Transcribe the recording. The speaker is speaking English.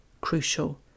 crucial